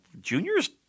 juniors